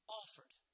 offered